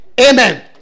amen